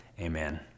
Amen